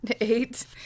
Eight